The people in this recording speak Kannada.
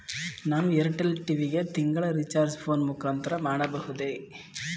ನಾನು ಏರ್ಟೆಲ್ ಟಿ.ವಿ ಗೆ ತಿಂಗಳ ರಿಚಾರ್ಜ್ ಫೋನ್ ಮುಖಾಂತರ ಮಾಡಬಹುದೇ?